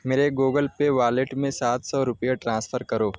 میرے Google Pay wallet میں سات سو روپے ٹرانسفر کرو